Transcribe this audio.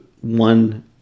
one